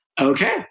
okay